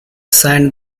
signed